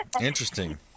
Interesting